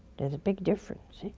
there's a big difference.